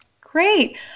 Great